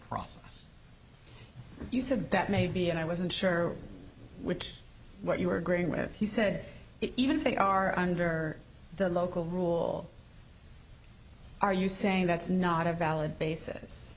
process you said that maybe and i wasn't sure which what you were agreeing with he said it even if they are under the local rule are you saying that's not a valid basis